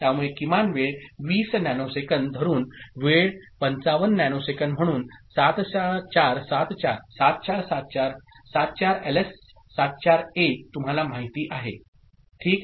त्यामुळे किमान वेळ 20 नॅनोसेकंदधरूनवेळ55 नॅनोसेकंद म्हणून 7474 74LS74A तुम्हाला माहिती आहे ठीक